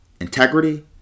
integrity